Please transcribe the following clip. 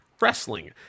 wrestling